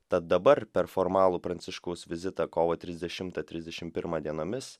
tad dabar per formalų pranciškaus vizitą kovo trisdešimtą trisdešimt pirmą dienomis